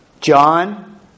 John